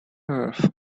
earth